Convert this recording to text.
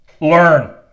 learn